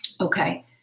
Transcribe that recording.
Okay